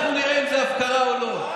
אנחנו נראה אם זו הפקרה או לא.